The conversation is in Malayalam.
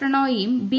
പ്രണോയിയും ബി